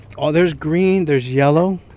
oh, there's green. there's yellow.